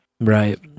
right